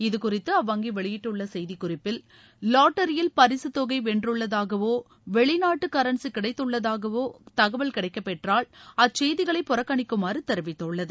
இது குறித்து அவ்வங்கி வெளியிட்டுள்ள செய்திக்குறிப்பில் வாட்டரியில் பரிகத்தொகை வென்றுள்ளதாகவோ வெளிநாட்டு கரன்சி கிடைத்துள்ளதாகவே தகவல் கிடைக்கப்பெற்றால் அச்செய்திகளைப் புறக்கணிக்குமாறு தெரிவித்துள்ளது